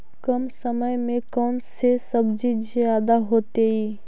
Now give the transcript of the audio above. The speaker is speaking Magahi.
कम समय में कौन से सब्जी ज्यादा होतेई?